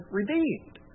redeemed